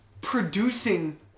producing